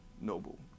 noble